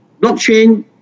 Blockchain